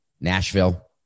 Nashville